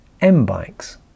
m-bikes